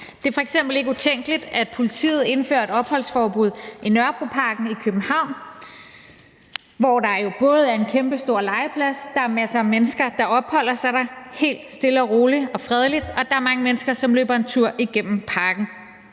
Det er f.eks. ikke utænkeligt, at politiet indfører et opholdsforbud i Nørrebroparken i København, hvor der jo både er en kæmpe stor legeplads, der er masser af mennesker, der opholder sig dér helt stille og roligt og fredeligt, og der er mange mennesker, som løber en tur igennem pakken.